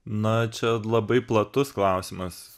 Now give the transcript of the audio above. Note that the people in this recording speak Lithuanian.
na čia labai platus klausimas